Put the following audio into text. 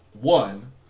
One